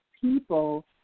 people